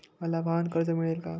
मला वाहनकर्ज मिळेल का?